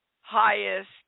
highest